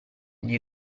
gli